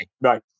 Right